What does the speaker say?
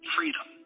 Freedom